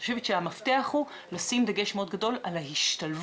אני חושבת שהמפתח הוא לשים דגש מאוד גדול על ההשתלבות,